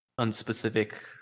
unspecific